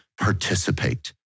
Participate